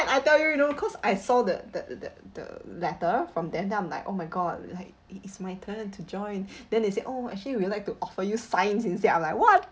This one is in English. I tell you you know cause I saw the the the the letter from them then I'm like oh my god like it is my turn to join then they said oh actually we will like to offer you science instead I'm like what